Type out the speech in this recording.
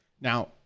Now